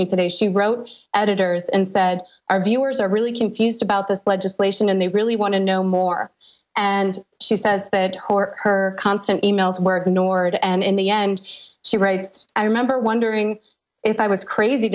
me today she wrote editors and said our viewers are really confused about this legislation and they really want to know more and she says that or her constant e mails were ignored and in the end she writes i remember wondering if i was crazy